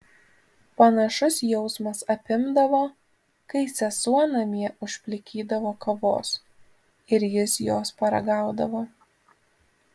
panašus jausmas apimdavo kai sesuo namie užplikydavo kavos ir jis jos paragaudavo